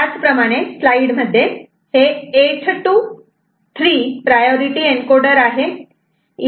त्याचप्रमाणे हे 8 to 3 priority encoder आहे